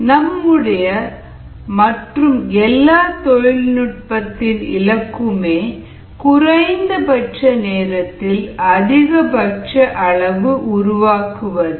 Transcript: நம்முடைய மற்றும் எல்லா தொழில்நுட்பத்தின் இலக்குமே குறைந்தபட்ச நேரத்தில் அதிகபட்ச அளவு உருவாக்குவதே